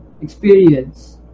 experience